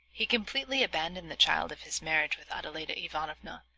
he completely abandoned the child of his marriage with adeladda ivanovna,